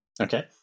Okay